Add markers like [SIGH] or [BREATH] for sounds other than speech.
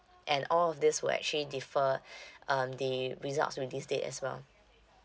and all of this will actually differ [BREATH] um the results release date as well